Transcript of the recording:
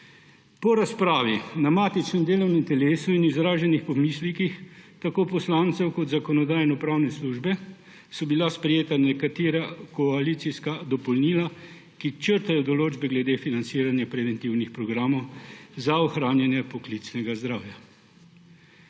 Po razpravi na matičnem delovnem telesu in izraženih pomislekih tako poslancev kot Zakonodajno-pravne službe so bila sprejeta nekatera koalicijska dopolnila, ki črtajo določbe glede financiranja preventivnih programov za ohranjanje poklicnega zdravja.